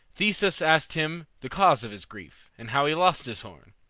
theseus asked him the cause of his grief, and how he lost his horn.